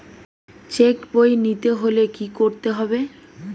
Check বই নিতে হলে কি করতে হবে?